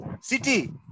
City